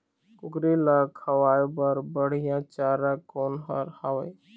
कुकरी ला खवाए बर बढीया चारा कोन हर हावे?